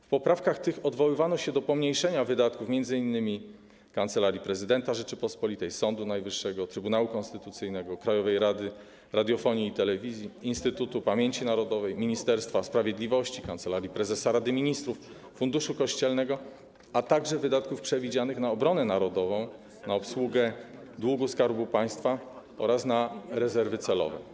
W poprawkach tych odwoływano się do pomniejszenia wydatków m.in. Kancelarii Prezydenta Rzeczypospolitej Polskiej, Sądu Najwyższego, Trybunału Konstytucyjnego, Krajowej Rady Radiofonii i Telewizji, Instytutu Pamięci Narodowej, Ministerstwa Sprawiedliwości, Kancelarii Prezesa Rady Ministrów, Funduszu Kościelnego, a także wydatków przewidzianych na obronę narodową, na obsługę długu Skarbu Państwa oraz na rezerwy celowe.